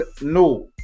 No